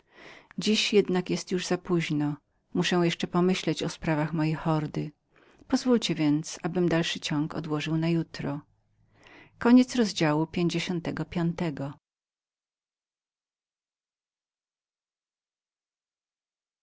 dziś jednak już jest późno muszę jeszcze pomyślić o sprawach mojej hordy pozwólcie więc abym dalszy ciąg odłożył na jutro